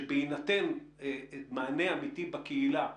שבהינתן מענה אמיתי בקהילה,